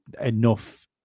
enough